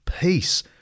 peace